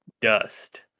dust